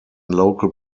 local